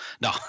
No